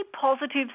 positive